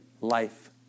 Life